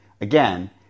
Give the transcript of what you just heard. again